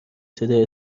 صدای